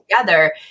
together